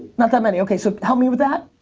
not that many, okay so, help me with that?